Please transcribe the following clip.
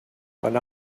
when